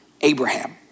Abraham